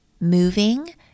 moving